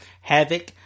Havoc